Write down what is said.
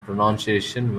pronunciation